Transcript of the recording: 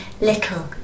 little